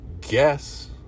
guess